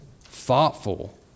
thoughtful